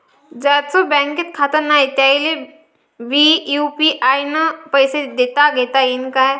ज्याईचं बँकेत खातं नाय त्याईले बी यू.पी.आय न पैसे देताघेता येईन काय?